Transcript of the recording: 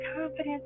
confidence